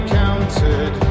counted